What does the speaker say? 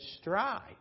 strive